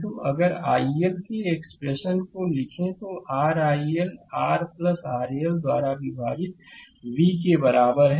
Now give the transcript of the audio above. तो अगर iLके एक्सप्रेशन को लिखें तो r iL R RL द्वारा विभाजित v के बराबर है